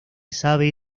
sabe